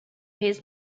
his